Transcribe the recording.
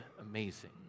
amazing